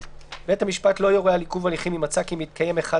(ב)בית המשפט לא יורה על עיכוב הליכים אם מצא כי מתקיים אחד